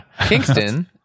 Kingston